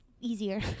easier